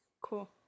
Cool